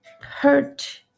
hurt